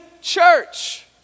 church